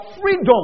freedom